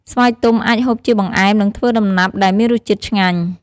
ស្វាយទុំអាចហូបជាបង្អែមនិងធ្វើដំណាប់ដែលមានរសជាតិឆ្ងាញ់។